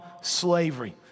slavery